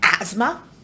asthma